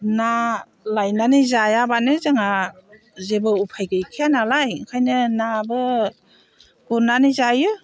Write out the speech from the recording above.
ना लायनानै जायाब्लानो जोंहा जेबो उफाय गैखायानालाय ओंखायनो नाबो गुरनानै जायो